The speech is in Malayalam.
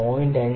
5 ആണ് ശരി 0